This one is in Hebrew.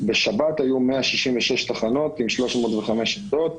בשבת היו 166 תחנות עם 305 עמדות.